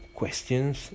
questions